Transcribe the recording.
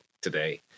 today